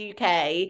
UK